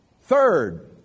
Third